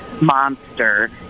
Monster